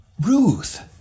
Ruth